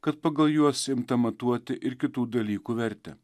kad pagal juos imta matuoti ir kitų dalykų vertę